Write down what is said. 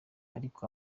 ariko